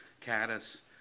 Caddis